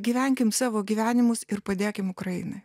gyvenkim savo gyvenimus ir padėkim ukrainai